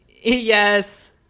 Yes